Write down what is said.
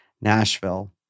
Nashville